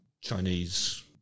Chinese